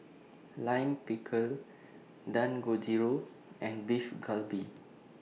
Lime Pickle Dangojiru and Beef Galbi